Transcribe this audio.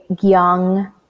young